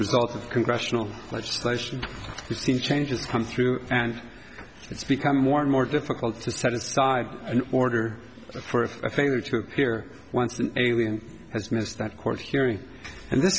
result of congressional legislation you seem changes come through and it's become more and more difficult to set aside an order for a failure to appear once an alien has missed that court hearing and th